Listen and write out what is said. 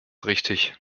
richtig